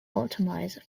optimised